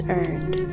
earned